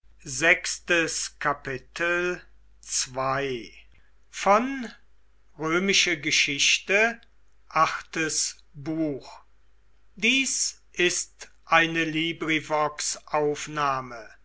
sind ist eine